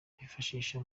kwifashishwa